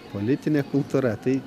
politinė kultūra tai